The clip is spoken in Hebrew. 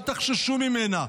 אל תחששו ממנה.